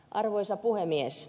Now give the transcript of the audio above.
arvoisa puhemies